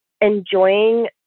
enjoying